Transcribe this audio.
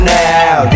now